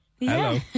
Hello